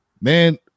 man